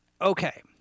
okay